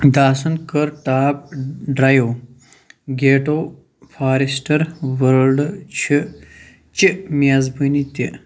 داسن کٔر top drive گیٚٹوٗ forester world چھِ چہِ میزبٲنی تہِ